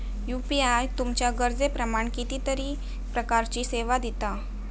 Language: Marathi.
यू.पी.आय तुमच्या गरजेप्रमाण कितीतरी प्रकारचीं सेवा दिता